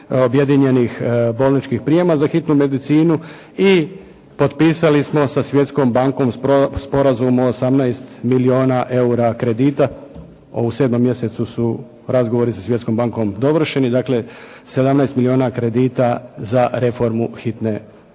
objedinjenih bolničkih prijema za hitnu medicinu. I potpisali smo sa Svjetskom bankom sporazum o 18 milijuna eura kredita. U 7. mjesecu su razgovori sa Svjetskom bankom dovršeni. Dakle, 17 milijuna kredita za reformu hitne